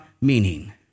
meaning